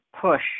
push